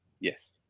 Yes